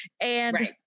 And-